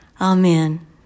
Amen